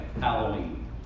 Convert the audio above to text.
Halloween